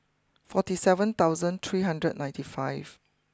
forty seven thousand three hundred ninety five